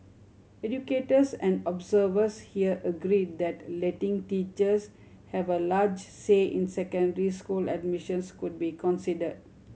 educators and observers here agreed that letting teachers have a large say in secondary school admissions could be considered